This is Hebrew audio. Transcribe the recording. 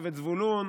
משבט זבולון,